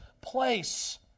place